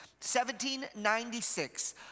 1796